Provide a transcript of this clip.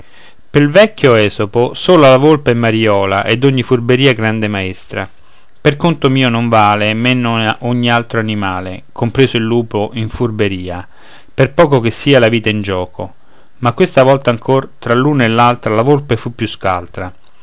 pel vecchio esopo sola la volpe è mariola e d'ogni furberia grande maestra per conto mio non vale men ogni altro animale compreso il lupo in furberia per poco che sia la vita in gioco ma questa volta ancor tra l'uno e l'altra la volpe fu più scaltra